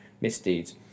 misdeeds